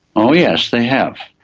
oh yes, they have.